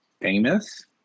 famous